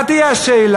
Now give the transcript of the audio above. מה תהיה השאלה?